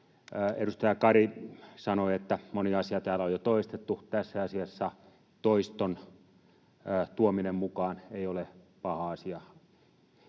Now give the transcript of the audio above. Edustaja Kari sanoi, että moni asia täällä on jo toistettu. Tässä asiassa toiston tuominen mukaan ei ole paha asia.